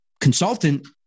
consultant